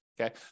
Okay